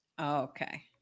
Okay